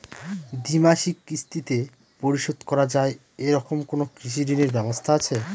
দ্বিমাসিক কিস্তিতে পরিশোধ করা য়ায় এরকম কোনো কৃষি ঋণের ব্যবস্থা আছে?